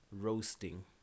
roasting